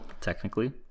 technically